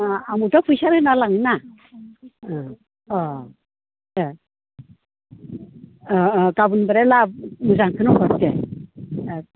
अ आंबोथ' फैसा होना लाङोना औ अ दे अ अ गाबोननिफ्राय लाबो मोजांखोनो हर दे